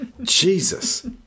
Jesus